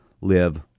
live